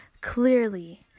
Clearly